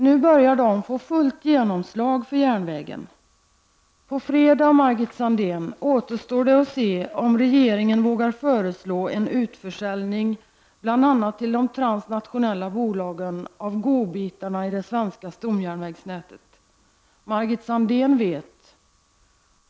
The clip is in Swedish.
Nu börjar de få fullt genomslag för järnvägen. På fredag, Margit Sandéhn, återstår det att se om regeringen vågar föreslå en utförsäljning, bl.a. till de transnationella bolagen, av godbitarna i vårt stomjärnvägsnät. Margit Sandéhn vet.